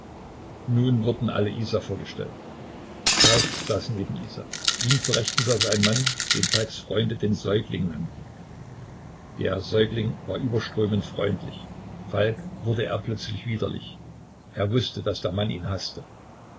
nun wurden alle isa vorgestellt falk saß neben isa ihm zur rechten saß ein mann den falks freunde den säugling nannten der säugling war überströmend freundlich falk wurde er plötzlich widerlich er wußte daß der mann ihn haßte